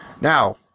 Now